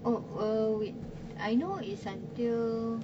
oh uh wait I know is until